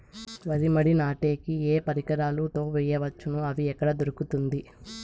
వరి మడి నాటే కి ఏ పరికరాలు తో వేయవచ్చును అవి ఎక్కడ దొరుకుతుంది?